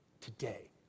today